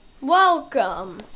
welcome